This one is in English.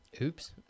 Oops